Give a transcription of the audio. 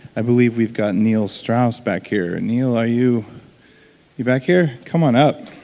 i believe we've got neil strauss back here. neil are you you back here? come on up